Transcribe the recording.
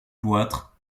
cloîtres